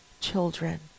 children